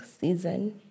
season